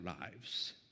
lives